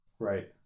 Right